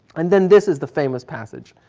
and then this is the famous passage.